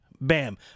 bam